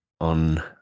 On